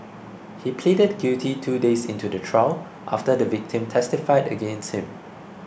he pleaded guilty two days into the trial after the victim testified against him